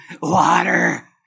water